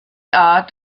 art